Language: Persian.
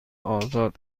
آزاد